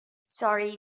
sorry